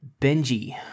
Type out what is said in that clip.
Benji